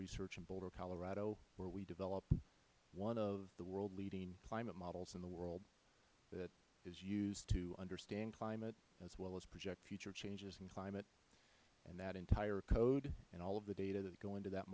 research in boulder colorado where we develop one of the world leading climate models in the world that is used to understand climate as well as project future changes in climate and that entire code and all of the data that go into that